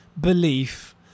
belief